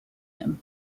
him